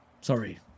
Sorry